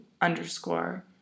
underscore